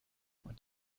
und